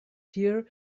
here